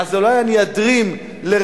אז אולי אני אדרים לרחובות,